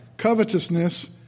covetousness